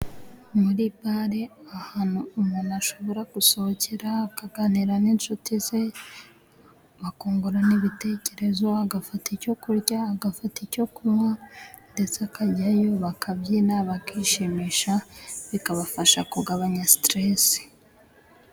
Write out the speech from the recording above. Muri bale ahantu umuntu ashobora gusohokera akaganira n'inshuti ze, bakungurana ibitekerezo. Agafata icyo kurya, agafata icyo kunywa, ndetse akajyayo bakabyina bakishimisha, bikabafasha kugabanya siteresi.